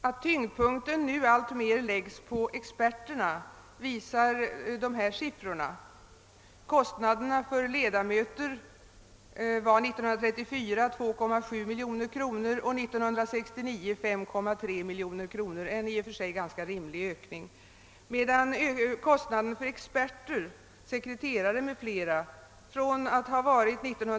Att' tyngdpunkten nu alltmer läggs på experterna visar följande siffror: kostnaderna för ledamöter var 1934 2,7 miljoner kronor, 1969 5,3 miljoner kronor — en i och för sig ganska rimlig ökning — medan kostnaderna för experter, sekreterare m.fl. från 5,6 miljoner.